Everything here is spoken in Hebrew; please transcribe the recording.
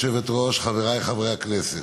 גברתי היושבת-ראש, חברי חברי הכנסת,